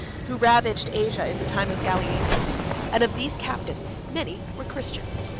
who ravaged asia in the time of gallienus and of these captives, many were christians,